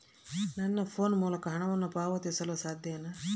ನನ್ನ ಫೋನ್ ಮೂಲಕ ಹಣವನ್ನು ಪಾವತಿಸಲು ಸಾಧ್ಯನಾ?